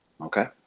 Okay